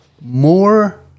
more